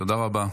תודה רבה.